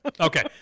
Okay